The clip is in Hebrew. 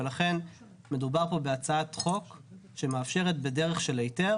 ולכן מדובר פה בהצעת חוק שמאפשרת בדרך של היתר